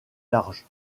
large